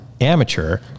amateur